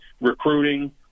recruiting